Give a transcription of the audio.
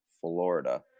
Florida